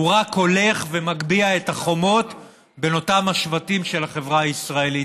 הוא רק הולך ומגביה את החומות בין אותם שבטים של החברה הישראלית,